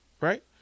right